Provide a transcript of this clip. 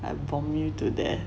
I bomb you to death